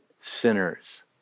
sinners